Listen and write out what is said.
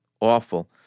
awful